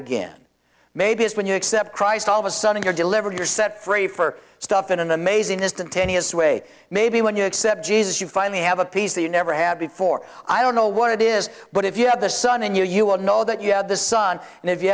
again maybe when you accept christ all of a sudden you're delivered you're set free for stuff in an amazing instantaneous way maybe when you accept jesus you finally have a piece that you never had before i don't know what it is but if you have the sun in you you will know that you have the sun and if you